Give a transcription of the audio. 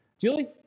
Julie